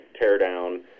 tear-down